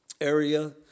area